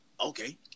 Okay